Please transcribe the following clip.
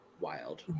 Wild